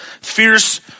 Fierce